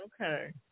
Okay